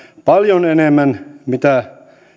paljon enemmän kuin mitä